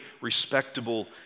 respectable